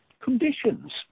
conditions